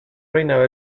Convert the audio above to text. reinaba